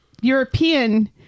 European